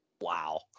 Wow